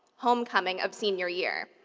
homecoming of senior year.